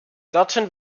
dorthin